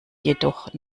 jedoch